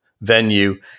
venue